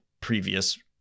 previous